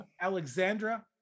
Alexandra